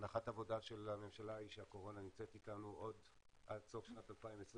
הנחת העבודה של הממשלה היא שהקורונה נמצאת איתנו עוד עד סוף שנת 2021,